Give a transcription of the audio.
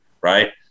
right